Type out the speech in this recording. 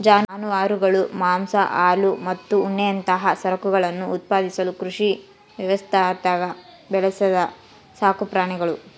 ಜಾನುವಾರುಗಳು ಮಾಂಸ ಹಾಲು ಮತ್ತು ಉಣ್ಣೆಯಂತಹ ಸರಕುಗಳನ್ನು ಉತ್ಪಾದಿಸಲು ಕೃಷಿ ವ್ಯವಸ್ಥ್ಯಾಗ ಬೆಳೆಸಿದ ಸಾಕುಪ್ರಾಣಿಗುಳು